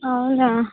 అవునా